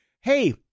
hey